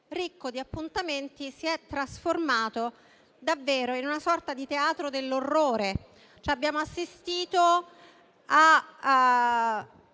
ricco di appuntamenti. Si è trasformato invece in una sorta di teatro dell'orrore. Abbiamo assistito a